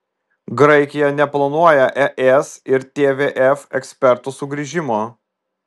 graikija neplanuoja es ir tvf ekspertų sugrįžimo